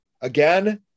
Again